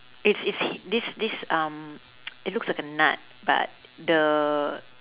it's it's this this um it looks like a nut but the